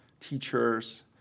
teachers